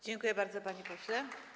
Dziękuję bardzo, panie pośle.